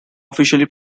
officially